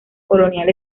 colonial